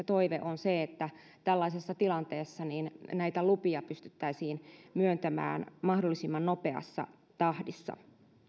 toive on se että tällaisessa tilanteessa näitä lupia pystyttäisiin myöntämään mahdollisimman nopeassa tahdissa